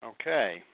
Okay